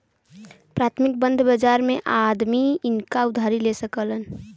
प्राथमिक बंध बाजार मे आदमी नइका उधारी ले सके